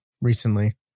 recently